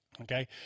Okay